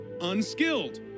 unskilled